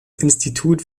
institut